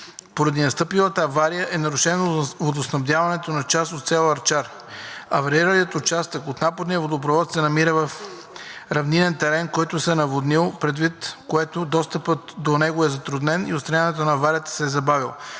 Поради настъпилата авария е нарушено водоснабдяването на част от село Арчар. Авариралият участък от напорния водопровод се намира в равнинен терен, който се е наводнил, предвид което достъпът до мястото е затруднен и отстраняването на аварията се е забавило.